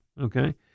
okay